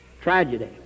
Tragedy